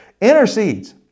Intercedes